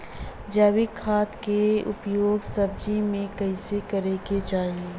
जैविक खाद क उपयोग सब्जी में कैसे करे के चाही?